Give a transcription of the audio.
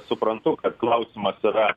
suprantu kad klausimas yra